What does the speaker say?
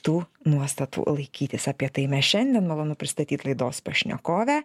tų nuostatų laikytis apie tai mes šiandien malonu pristatyt laidos pašnekovę